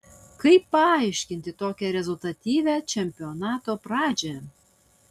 kaip paaiškinti tokią rezultatyvią čempionato pradžią